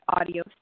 audio